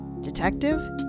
detective